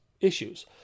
issues